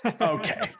Okay